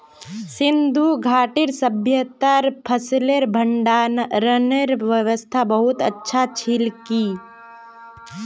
सिंधु घाटीर सभय्तात फसलेर भंडारनेर व्यवस्था बहुत अच्छा छिल की